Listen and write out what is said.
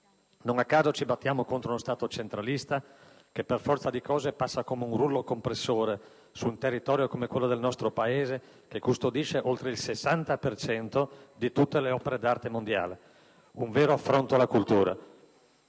Non a caso ci battiamo contro uno Stato centralista che per forza di cose passa come un rullo compressore su un territorio come quello del nostro Paese, che custodisce oltre il 60 per cento di tutte le opere d'arte mondiali. Un vero affronto alla cultura.